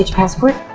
ah passport.